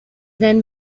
then